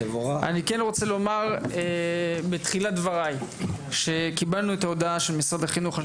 אני כן רוצה לומר בתחילת דבריי שקיבלנו את ההודעה של משרד החינוך על